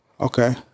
okay